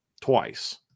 twice